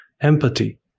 empathy